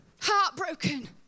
Heartbroken